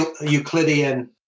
Euclidean